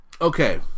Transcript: Okay